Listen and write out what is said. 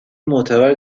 معتبر